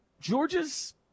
Georgia's